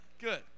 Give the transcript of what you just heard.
good